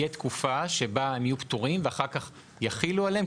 תהיה תקופה שבה הם יהיו פטורים ואחר-כך יחילו עליהם,